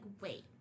wait